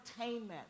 entertainment